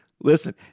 Listen